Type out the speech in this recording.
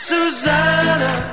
Susanna